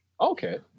okay